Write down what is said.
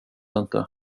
inte